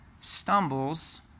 stumbles